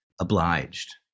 obliged